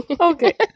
Okay